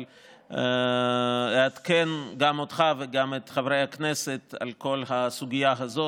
אבל אעדכן גם אותך וגם את חברי הכנסת על כל הסוגיה הזאת.